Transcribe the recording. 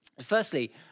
Firstly